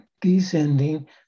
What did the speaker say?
descending